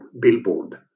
billboard